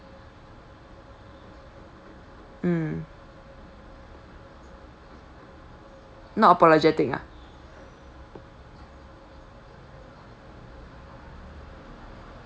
mm not apologetic ah